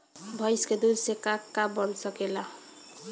भइस के दूध से का का बन सकेला?